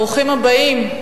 ברוכים הבאים.